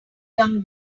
young